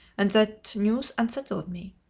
and that news unsettled me.